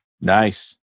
Nice